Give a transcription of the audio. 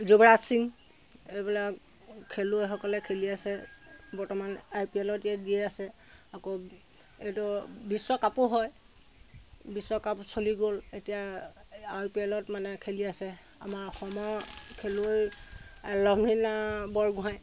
যুৱৰাজ সিং এইবিলাক খেলুৱৈসকলে খেলি আছে বৰ্তমান আই পি এলত দি আছে আকৌ বিশ্বকাপো হয় বিশ্বকাপ চলি গ'ল এতিয়া আই পি এলত মানে খেলি আছে আমাৰ অসমৰ খেলুৱৈ লভলিনা বৰগোঁহাই